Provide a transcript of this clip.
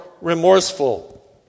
remorseful